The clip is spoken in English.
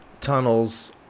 tunnels